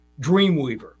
Dreamweaver